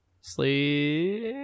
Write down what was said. Sleep